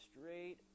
straight